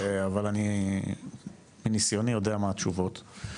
אבל אני מניסיוני יודע מה התשובות.